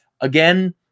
Again